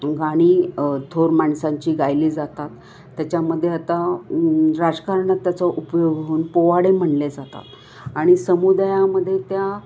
गाणी थोर माणसांची गायली जातात त्याच्यामध्ये आता राजकारणात त्याचा उपयोग होऊन पोवाडे म्हटले जातात आणि समुदायामध्ये त्या